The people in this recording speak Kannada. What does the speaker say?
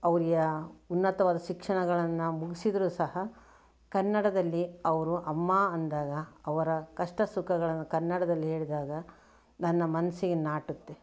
ಅವ್ರಿಗೆ ಉನ್ನತವಾದ ಶಿಕ್ಷಣಗಳನ್ನು ಮುಗಿಸಿದ್ರು ಸಹ ಕನ್ನಡದಲ್ಲಿ ಅವರು ಅಮ್ಮ ಅಂದಾಗ ಅವರ ಕಷ್ಟ ಸುಖಗಳನ್ನು ಕನ್ನಡದಲ್ಲಿ ಹೇಳಿದಾಗ ನನ್ನ ಮನಸ್ಸಿಗೆ ನಾಟುತ್ತೆ